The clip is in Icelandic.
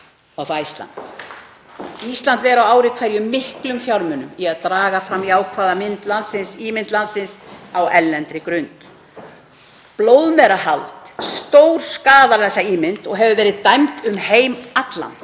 Ísland ver á ári hverju miklum fjármunum í að draga fram jákvæða ímynd landsins á erlendri grund. Blóðmerahald stórskaðar þessa ímynd og hefur verið fordæmt um heim allan.